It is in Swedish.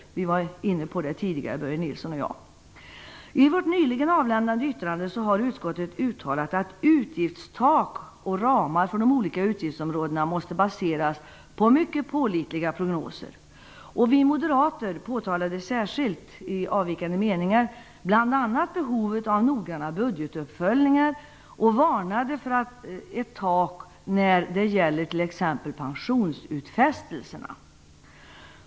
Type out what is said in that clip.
Börje Nilsson och jag berörde detta under den förra debatten. I utskottets nyligen avlämnade yttrande har utskottet uttalat att utgiftstak och ramar för de olika utgiftsområdena måste baseras på mycket pålitliga prognoser. Vi moderater påtalade särskilt i vår avvikande mening bl.a. behovet av noggranna budgetuppföljningar och varnade för ett tak när det gäller t.ex. pensionsutfästelserna.